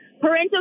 parental